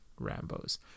rambos